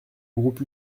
groupe